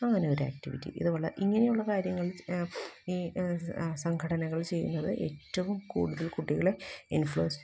അങ്ങനെയൊരു ആക്ടിവിറ്റി ഇതുപോലെ ഇങ്ങനെയുള്ള കാര്യങ്ങള് ഈ സംഘടനകള് ചെയ്യുന്നത് ഏറ്റവും കൂടുതല് കുട്ടികൾ ഇൻഫ്ലുവൻസ്